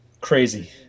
crazy